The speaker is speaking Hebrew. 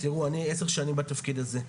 אני 10 שנים בתפקיד הזה,